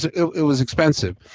it it was expensive.